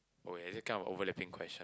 oh is it kind of overlapping question